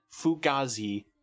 Fugazi